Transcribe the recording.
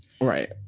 Right